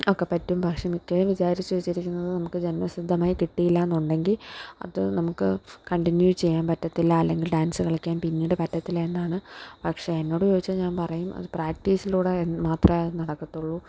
ഒക്കെ പറ്റും പക്ഷേ മിക്കവരും വിചാരിച്ചു വെച്ചിരിക്കുന്നത് നമുക്ക് ജന്മസിദ്ധമായി കിട്ടിയില്ല എന്നുണ്ടെങ്കിൽ അത് നമുക്ക് കണ്ടിന്യൂ ചെയ്യാന് പറ്റത്തില്ല അല്ലെങ്കില് ഡാന്സ് കളിക്കാന് പിന്നീട് പറ്റത്തില്ല എന്നാണ് പക്ഷേ എന്നോട് ചോദിച്ചാൽ ഞാന് പറയും അത് പ്രാക്ടീസിലൂടെ മാത്രമേ നടക്കത്തുള്ളൂ